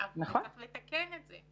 צריך לתקן זאת,